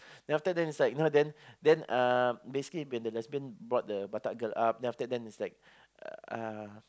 then after then is like you know then then uh basically when the lesbian brought the batak girl up then after then is like uh